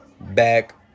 back